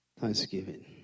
Thanksgiving